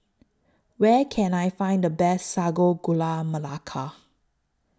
Where Can I Find The Best Sago Gula Melaka